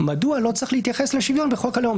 אמרתי שהם אמרו שזה הדבר הנכון?